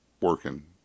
working